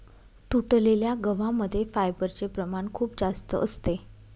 तुटलेल्या गव्हा मध्ये फायबरचे प्रमाण खूप जास्त असते